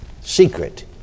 Secret